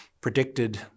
predicted